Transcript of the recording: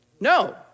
No